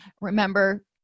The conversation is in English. Remember